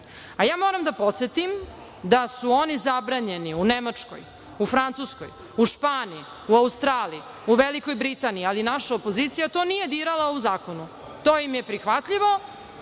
škriljaca. Moram da podsetim da su oni zabranjeni u Nemačkoj, u Francuskoj, u Španiji, u Australiji, u Velikoj Britaniji, ali naša opozicija to nije dirala u zakonu. To im je prihvatljivo